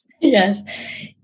Yes